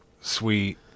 sweet